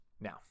now